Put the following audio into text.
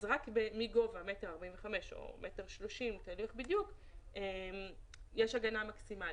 מגובה 1.45 מטר או 1.30 מטר, יש הגנה מקסימלית.